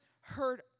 heard